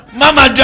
mama